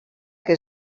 que